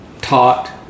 taught